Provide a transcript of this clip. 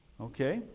Okay